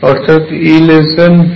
অর্থাৎ EV